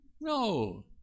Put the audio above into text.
No